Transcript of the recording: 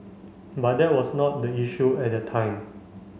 but that was not the issue at that time